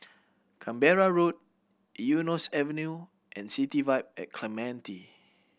Canberra Road Eunos Avenue and City Vibe at Clementi